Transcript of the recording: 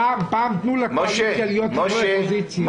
פעם תנו לקואליציה להיות חברי אופוזיציה.